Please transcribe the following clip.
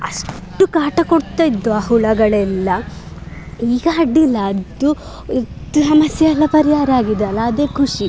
ಅಷ್ಟು ಕಾಟ ಕೊಡ್ತಾಯಿದ್ದು ಆ ಹುಳಗಳೆಲ್ಲ ಈಗ ಅಡ್ಡಿಯಿಲ್ಲ ಅದು ಸಮಸ್ಯೆಯೆಲ್ಲ ಪರಿಹಾರ ಆಗಿದೆ ಅಲಾ ಅದೇ ಖುಷಿ